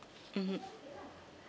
mmhmm